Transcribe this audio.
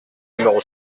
numéro